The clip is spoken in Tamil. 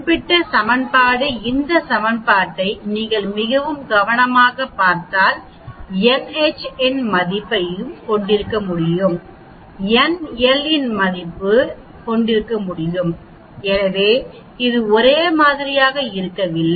குறிப்பிட்ட சமன்பாடு இந்த சமன்பாட்டை நீங்கள் மிகவும் கவனமாகப் பார்த்தால் nh இன் எந்த மதிப்பையும் கொண்டிருக்க முடியும் nl இன் எந்த மதிப்பையும் கொண்டிருக்க முடியும் எனவே அது ஒரே மாதிரியாக இருக்கவில்லை